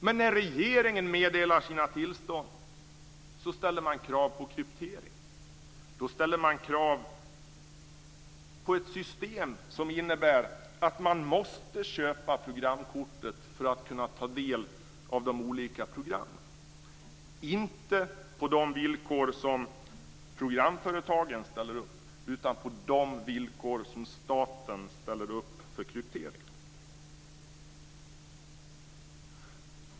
Men när regeringen meddelar sina tillstånd ställer man krav på kryptering. Då ställer man krav på ett system som innebär att tittarna måste köpa programkortet för att kunna ta del av de olika programmen, inte på de villkor som programföretagen ställer upp, utan på de villkor som staten ställer upp för krypteringen.